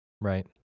Right